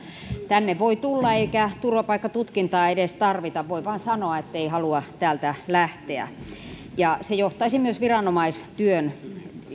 tänne voi tulla eikä turvapaikkatutkintaa edes tarvita voi vain sanoa että ei halua täältä lähteä se johtaisi myös viranomaistyön